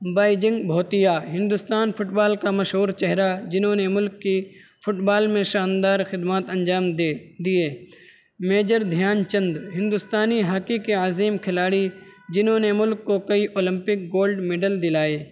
Bhaichung Bhutia Hindustan football کا مشہور چہرہ جنہوں نے ملک کی فٹ بال میں شاندار خدمات انجام دے دیے میجر دھیان چند ہندوستانی ہاکی کے عظیم کھلاڑی جنہوں نے ملک کو کئی اولمپک گولڈ میڈل دلائے